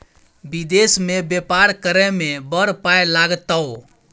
विदेश मे बेपार करय मे बड़ पाय लागतौ